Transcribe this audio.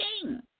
king